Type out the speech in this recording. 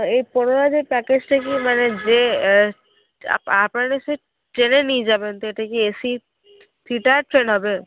এই পনেরো হাজার প্যাকেজটা কি মানে যে আপনারা সেই ট্রেনে নিয়ে যাবেন তো এটা কি এসি থ্রি টায়ার ট্রেন হবে